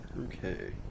Okay